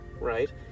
right